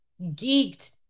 geeked